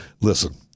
Listen